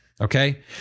okay